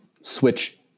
switch